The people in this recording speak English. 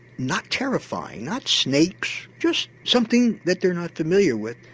not terrifying, not snakes, just something that they're not familiar with,